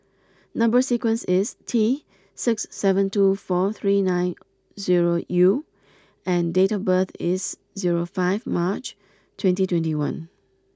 number sequence is T six seven two four three nine zero U and date of birth is zero five March twenty twenty one